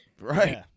Right